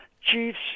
Chiefs